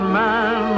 man